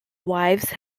wives